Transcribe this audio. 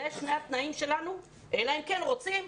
אלה שני התנאים שלנו אלא אם כן רוצים,